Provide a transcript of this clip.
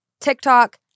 TikTok